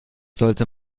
sollte